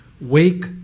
Wake